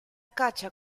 caccia